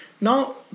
Now